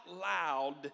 loud